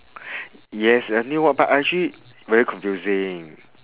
yes uh new one but actually very confusing